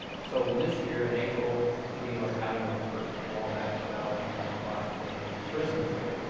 so, this year in april we are having our first wabash valley five k prison break.